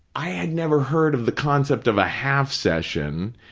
i had never heard of the concept of a half session,